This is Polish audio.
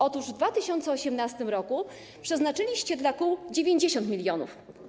Otóż w 2018 r. przeznaczyliście dla kół 90 mln.